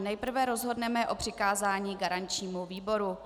Nejprve rozhodneme o přikázání garančnímu výboru.